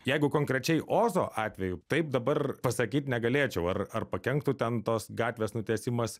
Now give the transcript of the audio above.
jeigu konkrečiai ozo atveju taip dabar pasakyt negalėčiau ar ar pakenktų ten tos gatvės nutiesimas